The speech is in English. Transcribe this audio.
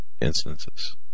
instances